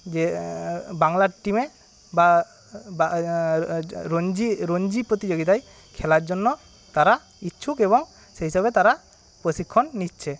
যে বাংলার টিমে বা বা য রঞ্জি রঞ্জি প্রতিযোগিতায় খেলার জন্য তারা ইচ্ছুক এবং সেই হিসেবে তারা প্রশিক্ষণ নিচ্ছে